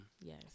Yes